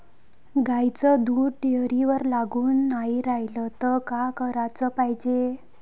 गाईचं दूध डेअरीवर लागून नाई रायलं त का कराच पायजे?